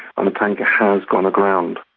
and the tanker has gone aground.